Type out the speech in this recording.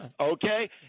okay